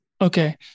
Okay